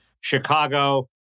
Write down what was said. Chicago